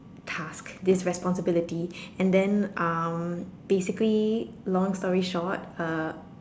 tasks this responsibility and then um basically long story short uh